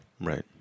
Right